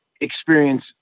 experience